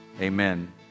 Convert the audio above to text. amen